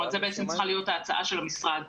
זו צריכה להיות ההצעה של המשרד.